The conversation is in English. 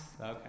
Okay